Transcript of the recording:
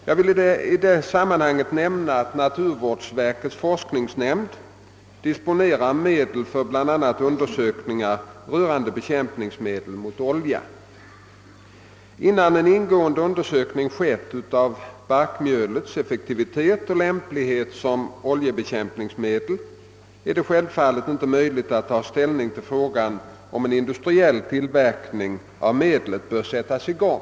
Jag vill i det sammanhanget nämna att naturvårdsverkets forskningsnämnd disponerar medel för bl.a. undersökningar rörande bekämpningsmedel mot olja. Innan en ingående undersökning skett av barkmjölets effektivitet och lämplighet som oljebekämpningsmedel är det självfallet inte möjligt att ta ställning till frågan om en industriell tillverkning av medlet bör sättas i gång.